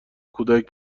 کودک